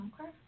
Okay